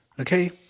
Okay